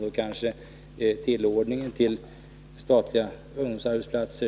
Då kanske det kan gå fortare att ordna till statliga ungdomsplatser.